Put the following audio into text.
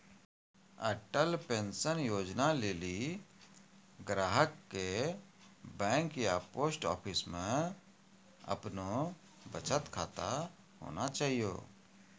Atal pension Yojana लेली ग्राहक के बैंक या पोस्ट आफिसमे अपनो बचत खाता होना चाहियो